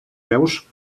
veus